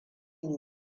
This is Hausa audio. yi